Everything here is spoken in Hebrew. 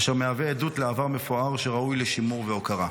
אשר מהווה עדות לעבר מפואר שראוי לשימור והוקרה.